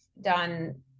done